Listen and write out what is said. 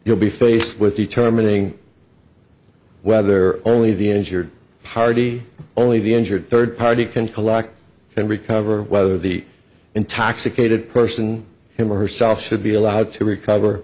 you'll be faced with determining whether only the injured party only the injured third party can collect and recover whether the intoxicated person him or herself should be allowed to recover